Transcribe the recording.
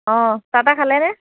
অঁ চাহ তাহ খালেনে